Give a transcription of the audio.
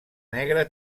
negre